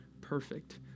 perfect